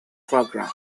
program